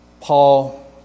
Paul